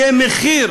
יהיה מחיר